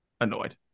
Annoyed